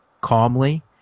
calmly